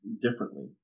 differently